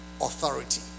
authority